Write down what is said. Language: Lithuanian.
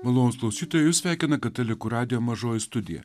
malonūs klausytojai jus sveikina katalikų radijo mažoji studija